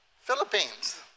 Philippines